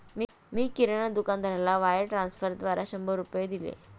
मी किराणा दुकानदाराला वायर ट्रान्स्फरद्वारा शंभर रुपये दिले